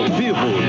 vivo